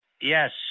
Yes